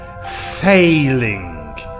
Failing